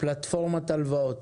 פלטפורמת הלוואות,